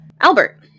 Albert